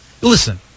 Listen